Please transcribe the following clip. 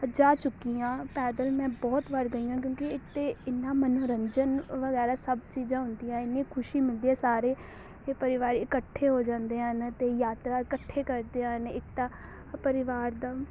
ਜਾ ਚੁੱਕੀ ਹਾਂ ਪੈਦਲ ਮੈਂ ਬਹੁਤ ਵਾਰ ਗਈ ਹਾਂ ਕਿਉਂਕਿ ਇੱਕ ਤਾਂ ਇੰਨਾ ਮਨੋਰੰਜਨ ਵਗੈਰਾ ਸਭ ਚੀਜ਼ਾਂ ਹੁੰਦੀਆਂ ਇੰਨੀ ਖੁਸ਼ੀ ਮਿਲਦੀ ਹੈ ਸਾਰੇ ਇਹ ਪਰਿਵਾਰ ਇਕੱਠੇ ਹੋ ਜਾਂਦੇ ਹਨ ਅਤੇ ਯਾਤਰਾ ਇਕੱਠੇ ਕਰਦੇ ਹਨ ਇੱਕ ਤਾਂ ਪਰਿਵਾਰ ਦਾ